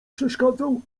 przeszkadzał